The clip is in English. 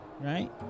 right